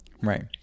Right